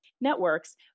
networks